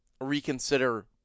reconsider